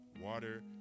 water